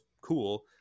cool